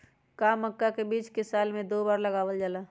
का मक्का के बीज साल में दो बार लगावल जला?